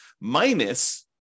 minus